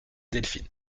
delphine